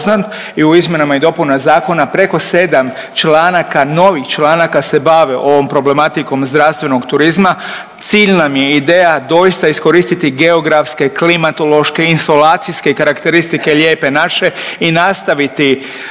i u izmjenama i dopunama zakona preko 7 članaka novih članaka se bave ovom problematikom zdravstvenog turizma. Cilj nam je i ideja doista iskoristiti geografske, klimatološke, insolacijske karakteristike lijepe naše i nastaviti